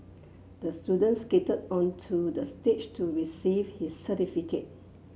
the student skated onto the stage to receive his certificate